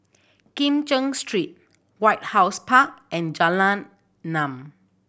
Kim Cheng Street White House Park and Jalan Enam